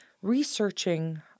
researching